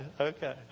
okay